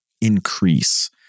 increase